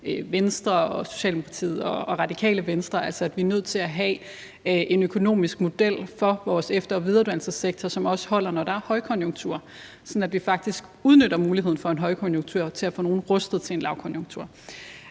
Venstre, Socialdemokratiet og Radikale Venstre: Vi er nødt til at have en økonomisk model for vores efter- og videreuddannelsessektor, som også holder, når der er højkonjunktur, sådan at vi faktisk udnytter muligheden for en højkonjunktur til at få nogle rustet til en lavkonjunktur.